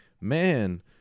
man